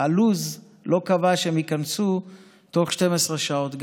הלו"ז לא קבע שהם ייכנסו תוך 12 שעות.